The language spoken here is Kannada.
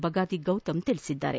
ಬಗಾದಿ ಗೌತಮ್ ತಿಳಿಸಿದ್ದಾರೆ